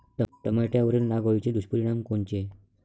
टमाट्यावरील नाग अळीचे दुष्परिणाम कोनचे?